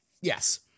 Yes